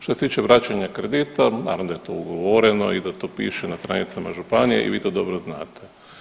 Što se tiče vraćanja kredita, naravno da je to ugovore i da to piše na stranicama županije i vi to dobro znate.